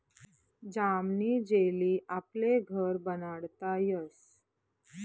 जामनी जेली आपले घर बनाडता यस